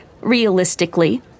realistically